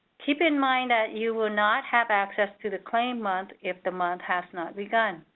keep in mind that you will not have access to the claim month if the month has not begun.